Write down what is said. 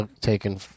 taken